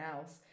else